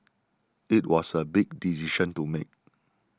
it was a big decision to make